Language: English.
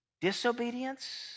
Disobedience